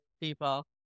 people